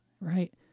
right